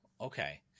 okay